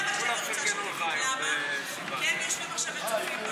זה מה שאני רוצה שתגיד.